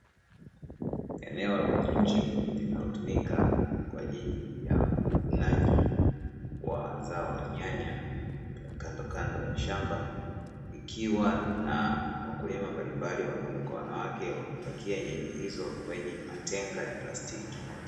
Eneo la nje linalo tumika kwa ajili ya uvunaji wa zao la nyanya kandokando ya shamba ikiwa na wakulima mbalimbali wanaume kwa wanawake wamepakia nyanya hizo kwenye matenga ya plastiki.